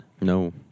No